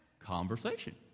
conversation